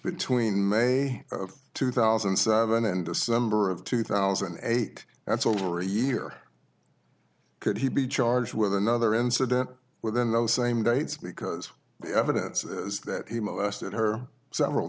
between may of two thousand and seven and december of two thousand and eight that's over a year could he be charged with another incident within those same dates because the evidence is that he molested her several